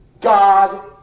God